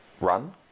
run